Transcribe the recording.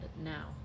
now